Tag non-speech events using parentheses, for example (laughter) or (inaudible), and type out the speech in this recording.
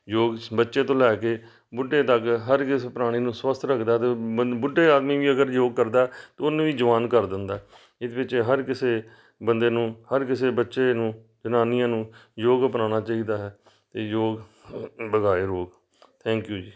ਯੋਗ ਬੱਚੇ ਤੋਂ ਲੈ ਕੇ ਬੁੱਢੇ ਤੱਕ ਹਰ ਕਿਸੇ ਪ੍ਰਾਣੀ ਨੂੰ ਸਵੱਸਥ ਰੱਖਦਾ ਅਤੇ ਬੰਦ ਬੁੱਢੇ ਆਦਮੀ ਵੀ ਅਗਰ ਯੋਗ ਕਰਦਾ ਤਾਂ ਉਹਨੂੰ ਵੀ ਜਵਾਨ ਕਰ ਦਿੰਦਾ ਇਹਦੇ ਵਿੱਚ ਹਰ ਕਿਸੇ ਬੰਦੇ ਨੂੰ ਹਰ ਕਿਸੇ ਬੱਚੇ ਨੂੰ ਜਨਾਨੀਆਂ ਨੂੰ ਯੋਗ ਅਪਣਾਉਣਾ ਚਾਹੀਦਾ ਹੈ ਅਤੇ ਯੋਗ (unintelligible) ਭਗਾਏ ਰੋਗ ਥੈਂਕ ਯੂ ਜੀ